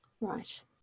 Right